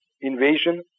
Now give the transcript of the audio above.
invasion